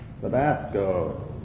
Tabasco